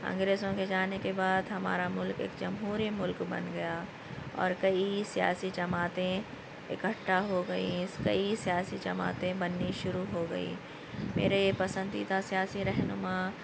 اںگریزوں کے جانے کے بعد ہمارا ملک ایک جمہوری ملک بن گیا اور کئی سیاسی جماعتیں اکٹھا ہو گئیں کئی سیاستی جماعتیں بننی شروع ہو گئی میرے پسندیدہ سیاسی رہنما